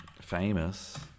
famous